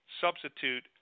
substitute